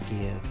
give